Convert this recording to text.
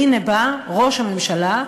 והנה בא ראש הממשלה,